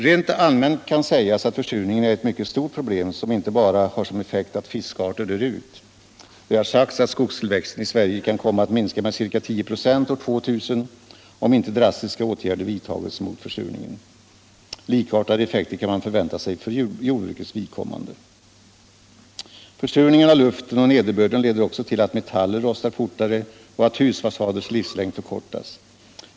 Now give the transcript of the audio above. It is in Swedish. Rent allmänt kan sägas att försurningen är ett mycket stort problem, som inte bara har som effekt att fiskarter dör ut. Det har sagts att skogstillväxten i Sverige kan komma att minska med ca 10 96 år 2000 om inte drastiska åtgärder vidtages mot försurningen. Likartade effekter kan man förvänta sig för jordbrukets vidkommande. Försurningen av luften och nederbörden leder också till att metaller rostar fortare och att husfasaders livslängd förkortas.